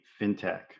fintech